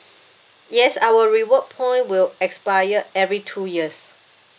yes our reward point will expire every two years